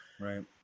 Right